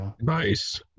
Nice